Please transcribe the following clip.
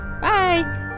Bye